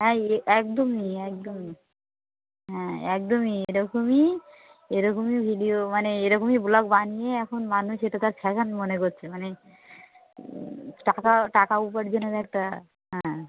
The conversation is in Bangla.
হ্যাঁ এ একদমই একদমই হ্যাঁ একদমই এরকমই এরকমই ভিডিও মানে এরকমই ব্লগ বানিয়ে এখন মানুষ এটা তার ফ্যাশান মনে করছেন মানে টাকা টাকা উপার্জনের একটা হ্যাঁ